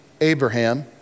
Abraham